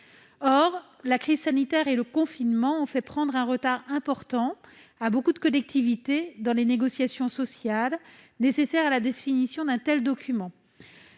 Or la crise sanitaire et le confinement ont fait prendre un retard important à nombre de collectivités territoriales dans les négociations sociales nécessaires à la définition d'un tel document.